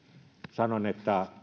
sanon että